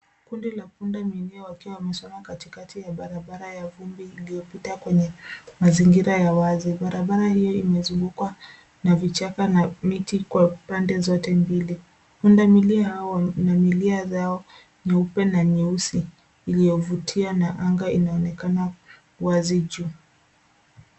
Kundi ka pundamilia wakiwa wamesimama katikati ya barabara ya vumbi iliyopita kwenye mazingira ya wazi. Barabara hii imezungukwa na vichaka na miti kwa pande zote mbili. Pundamilia hawa wana milia yao nyeupe na nyeusi iliyovutia na anga linaonekana wazi juu.